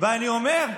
ואני אומר,